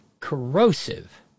corrosive